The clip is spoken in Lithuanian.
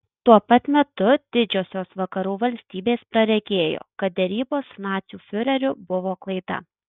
tuo pat metu didžiosios vakarų valstybės praregėjo kad derybos su nacių fiureriu buvo klaida